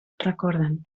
recorden